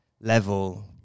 level